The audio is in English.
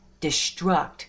destruct